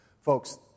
folks